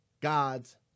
God's